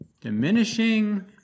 diminishing